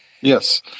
Yes